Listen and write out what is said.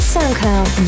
SoundCloud